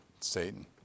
Satan